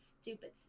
Stupid